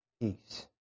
Peace